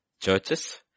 churches